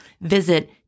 Visit